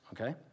okay